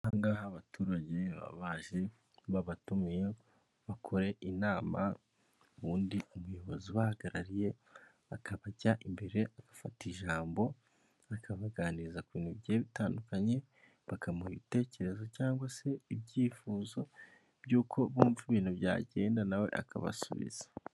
Aha ngaha abaturage baje babatumiye bakore inama ubundi umuyobozi ubahagarariye akabajya imbere agafata ijambo akabaganiriza ku bintu bigiye bitandukanye, bakamuha ibitekerezo cyangwa se ibyifuzo by'uko bumva ibintu byagenda nawe akabasubiza.